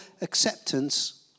acceptance